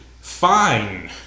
fine